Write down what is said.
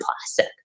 plastic